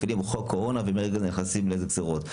קורונה ומהרגע נכנסים לגזירות.